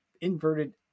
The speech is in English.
inverted